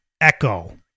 echo